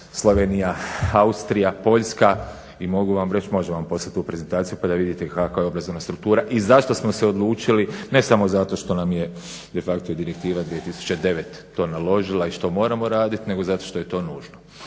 Slovenija, Austrija, Poljska i mogu vam reći mogu vam poslat tu prezentaciju pa da vidite kakva je obrazovna struktura i zašto smo se odlučili. Ne samo zato što nam je de facto i Direktiva 2009 to naložila i što moramo radit nego zato što je to nužno,